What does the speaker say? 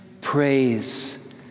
praise